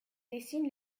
dessine